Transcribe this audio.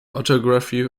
orthography